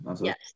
yes